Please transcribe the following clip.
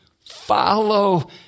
follow